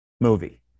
movie